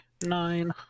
Nine